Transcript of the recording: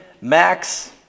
Max